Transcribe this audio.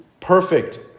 perfect